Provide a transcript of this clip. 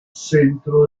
centro